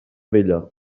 vella